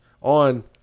on